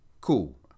Cool